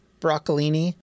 broccolini